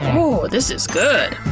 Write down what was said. oh, this is good.